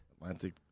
Atlantic